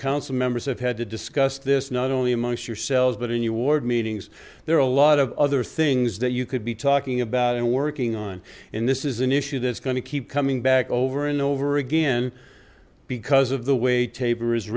council members have had to discuss this not only amongst yourselves but in your ward meetings there are a lot of other things that you could be talking about and working on and this is an issue that's going to keep coming back over and over again because of the way taber